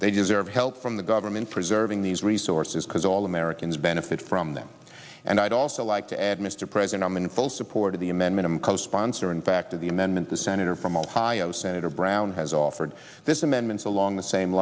they deserve help from the government preserving these resources because all americans benefit from them and i'd also like to add mr president i'm in full support of the amendment i'm co sponsor in fact of the amendment the senator from ohio senator brown has offered this amendment along the same